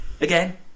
again